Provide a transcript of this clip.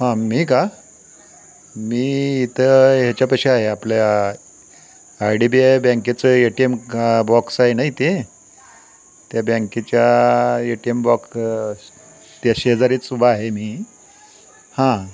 हां मी का मी इथं ह्याच्यापाशी आहे आपल्या आय डी बी आय बँकेचं ए टी एम का बॉक्स आहे ना इथे त्या बँकेच्या ए टी एम बॉक त्या शेजारीच उभा आहे मी हां